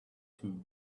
two